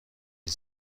این